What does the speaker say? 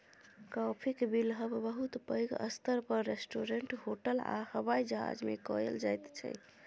काफीक बिलहब बहुत पैघ स्तर पर रेस्टोरेंट, होटल आ हबाइ जहाज मे कएल जाइत छै